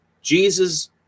Jesus